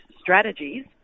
strategies